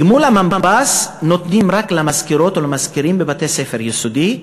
את גמול המנב"ס נותנים רק למזכירות או למזכירים בבתי-ספר יסודיים,